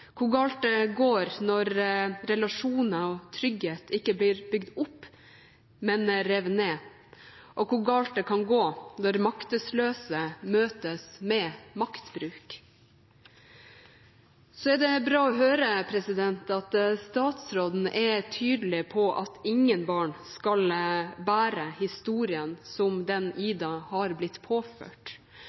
hvor galt det går når relasjoner og trygghet ikke blir bygd opp, men revet ned, og hvor galt det kan gå når maktesløse møtes med maktbruk. Så er det bra å høre at statsråden er tydelig på at ingen barn skal bære historier som den «Ida» har blitt påført.